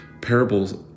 parables